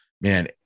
man